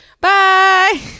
bye